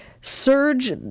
surge